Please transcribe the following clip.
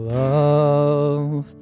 love